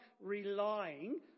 relying